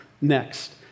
next